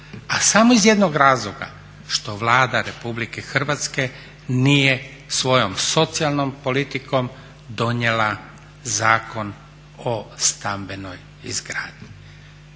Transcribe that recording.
A samo iz jednog razloga što Vlada Republike Hrvatske nije svojom socijalnom politikom donijela Zakon o stambenoj izgradnji.